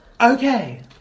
okay